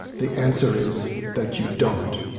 the answer is that you don't.